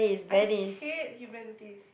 I hate humanities